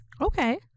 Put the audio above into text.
Okay